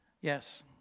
Yes